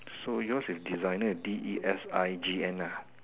so you is design D E S I G N